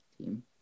team